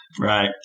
Right